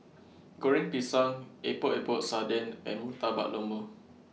Goreng Pisang Epok Epok Sardin and Murtabak Lembu